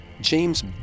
James